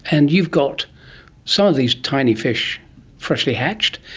and you've got some of these tiny fish freshly hatched,